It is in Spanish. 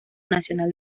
nacional